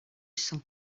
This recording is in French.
sang